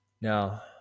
Now